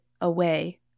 away